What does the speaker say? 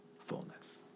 fullness